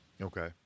Okay